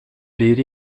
blir